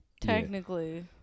Technically